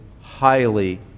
highly